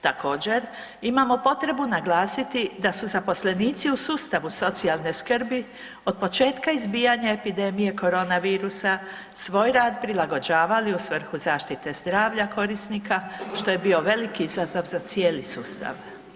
Također imamo potrebu naglasiti da su zaposlenici u sustavu socijalne skrbi od početka izbijanja epidemije korona virusa svoj rad prilagođavali u svrhu zaštita zdravlja korisnika što je bio veliki izazov za cijeli sustav.